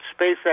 SpaceX